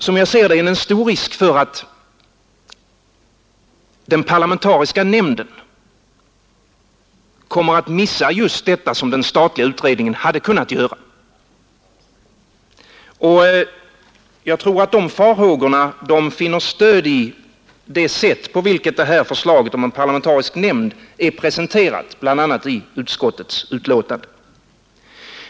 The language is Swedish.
Som jag ser det är det en stor risk för att den parlamentariska nämnden kommer att missa just det som den statliga utredningen hade kunnat göra. Jag tror att dessa farhågor finner stöd i det sätt på vilket detta förslag om en parlamentarisk nämnd är presenterat bl.a. i utskottets betänkande.